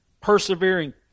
persevering